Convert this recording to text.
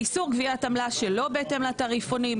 איסור גביית עמלה שלא בהתאם לתעריפונים,